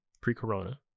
Pre-corona